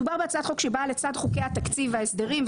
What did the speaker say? מדובר בהצעת חוק שבאה לצד חוקי התקציב וההסדרים,